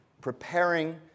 preparing